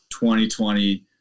2020